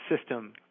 system